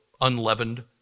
unleavened